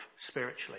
spiritually